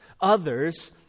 Others